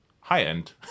high-end